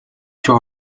чинь